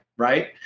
right